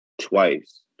Twice